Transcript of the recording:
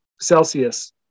celsius